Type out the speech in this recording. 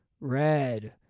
Red